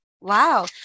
Wow